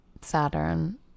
Saturn